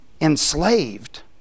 enslaved